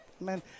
man